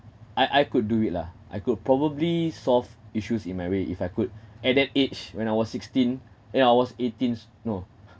I I could do it lah I could probably solve issues in my way if I could at that age when I was sixteen eh I was eighteens no